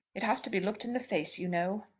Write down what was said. it has to be looked in the face, you know.